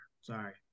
Sorry